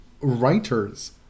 writers